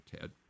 Ted